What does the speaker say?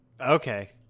Okay